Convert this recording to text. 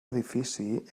edifici